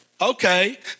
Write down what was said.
Okay